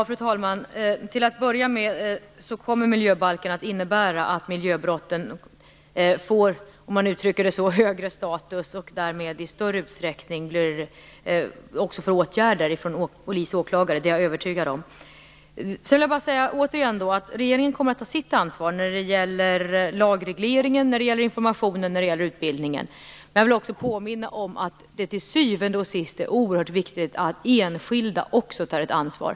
Fru talman! Till att börja med kommer miljöbalken att innebära att miljöbrotten får, om man uttrycker det så, högre status och därmed i större utsträckning blir föremål för åtgärder från polis och åklagare. Det är jag övertygad om. Jag vill återigen säga att regeringen kommer att ta sitt ansvar när det gäller lagregleringen, informationen och utbildningen. Jag vill också påminna om att det till syvende och sist är oerhört viktigt att även enskilda tar ett ansvar.